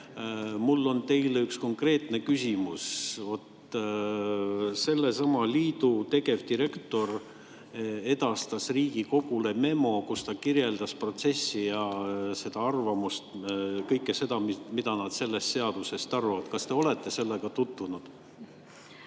Mul on teile üks konkreetne küsimus. Sellesama liidu tegevdirektor edastas Riigikogule memo, kus ta kirjeldas protsessi ja liidu arvamust, kõike, mida nad sellest seadus[eelnõust] arvavad. Kas te olete sellega tutvunud?